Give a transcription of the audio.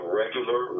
regular